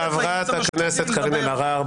חברת הכנסת קארין אלהרר.